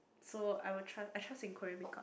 so I will trust I trust in Korean make up